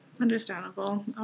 Understandable